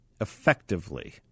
effectively